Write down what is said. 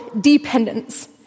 dependence